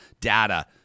data